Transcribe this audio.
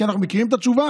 כי אנחנו מכירים את התשובה,